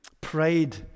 Pride